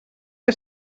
que